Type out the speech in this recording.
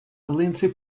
lindsey